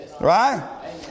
Right